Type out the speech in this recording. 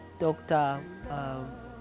Dr